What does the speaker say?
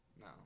no